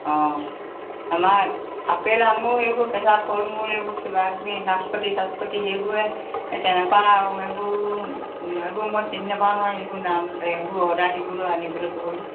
অঁ আমাৰ আপেল আঙুৰ এইবোৰ কেঁচা ফল মূল এইবোৰ কিবা কিবি নাচপতি চাচপতি সেইবোৰহে সেই তেনেকুৱা এইবোৰ এইবোৰ মই চিনি নেপাওঁ নহয় এইবোৰ নাম এইবোৰ অৰ্ডাৰ দিবলৈও আনিবলৈ ক'বলৈও